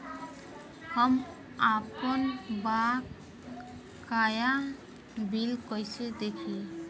हम आपनबकाया बिल कइसे देखि?